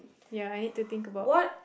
ya I need to think about